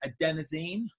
adenosine